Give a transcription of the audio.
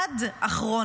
עד אחרון